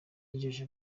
yijeje